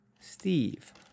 Steve